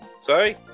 Sorry